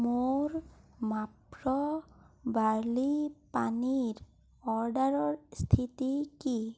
মোৰ মাপ্ৰো বাৰ্লি পানীৰ অৰ্ডাৰৰ স্থিতি কি